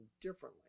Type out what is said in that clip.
differently